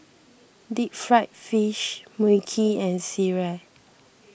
Deep Fried Fish Mui Kee and Sireh